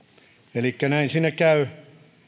elikkä näin siinä käy